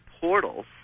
portals